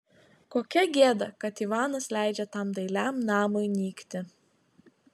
kokia gėda kad ivanas leidžia tam dailiam namui nykti